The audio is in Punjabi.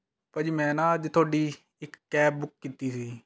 ਭਾਅ ਜੀ ਮੈਂ ਨਾ ਅੱਜ ਤੁਹਾਡੀ ਇੱਕ ਕੈਬ ਬੁੱਕ ਕੀਤੀ ਸੀ